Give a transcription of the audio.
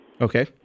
Okay